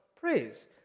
Praise